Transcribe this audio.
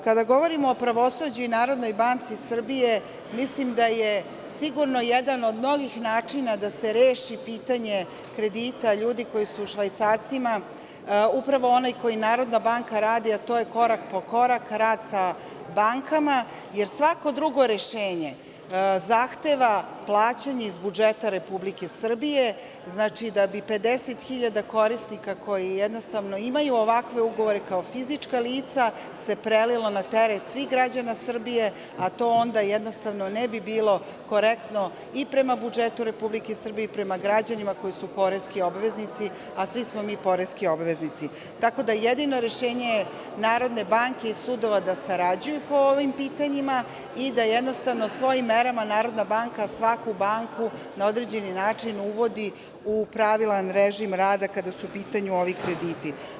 Kada govorimo o pravosuđu i NBS, mislim da je sigurno jedan od mnogih načina da se reši pitanje kredita ljudi koji su u švajcarcima upravo onaj koji NBS radi, a to je korak po korak rad sa bankama, jer svako drugo rešenje zahteva plaćanje iz budžeta Republike Srbije, znači da bi 50.000 korisnika koji jednostavno imaju ovakve ugovore kao fizička lica se prelilo na teret svih građana Srbije, a to onda jednostavno ne bi bilo korektno i prema budžetu Republike Srbije i prema građanima koji su poreski obveznici, a svi smo mi poreski obveznici, tako da jedino rešenje NBS i sudova je da sarađuju po ovim pitanjima i da jednostavno svojim merama NBS svaku banku na određeni način uvodi u pravilan režim rada kada su u pitanju ovi krediti.